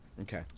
okay